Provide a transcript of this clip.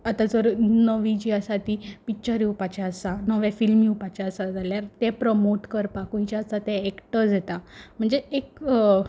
आतां जर नवीं जीं आसा तीं पिच्चर येवपाचें आसा नवें फिल्म येवपाचें आसा जाल्यार तें प्रमोट करपाकूय जें आसा तें एकठांय जाता म्हणजे एक